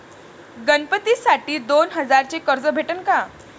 गणपतीसाठी दोन हजाराचे कर्ज भेटन का?